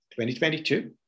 2022